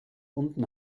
unten